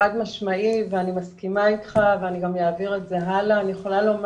אתה צודק אבל אני חייבת לומר